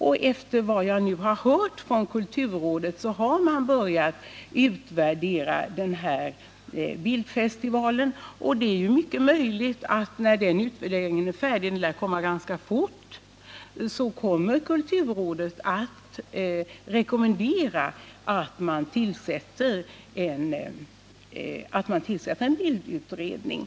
Efter vad jag hört från kulturrådet har man börjat utvärdera bildfestivalen. Det är mycket möjligt att kulturrådet när den utvärderingen är färdig kommer att rekommendera tillsättning av en bildutredning.